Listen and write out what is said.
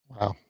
Wow